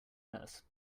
nurse